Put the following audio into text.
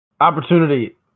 opportunity